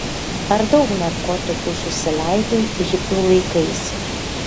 ar daug narkotikų susileidai hipių laikais